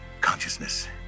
consciousness